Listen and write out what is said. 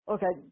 Okay